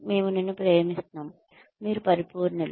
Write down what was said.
మేము నిన్ను ప్రేమిస్తున్నాము మీరు పరిపూర్ణులు